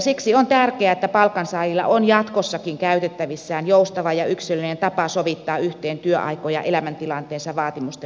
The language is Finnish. siksi on tärkeää että palkansaajilla on jatkossakin käytettävissään joustava ja yksilöllinen tapa sovittaa yhteen työaikoja elämäntilanteensa vaatimusten mukaisesti